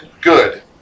good